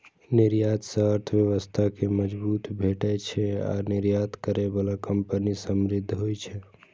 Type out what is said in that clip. निर्यात सं अर्थव्यवस्था कें मजबूती भेटै छै आ निर्यात करै बला कंपनी समृद्ध होइ छै